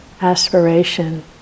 aspiration